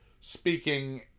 speaking